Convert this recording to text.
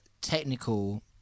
technical